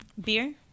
Beer